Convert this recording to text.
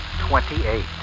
twenty-eight